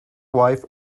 wife